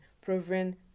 proven